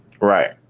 Right